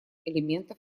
элементов